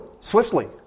swiftly